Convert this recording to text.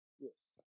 Yes